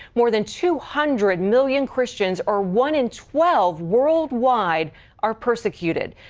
more than two hundred million christians, or one in twelve worldwide are persecuted.